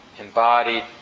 embodied